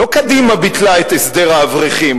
לא קדימה ביטלה את הסדר האברכים,